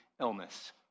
illness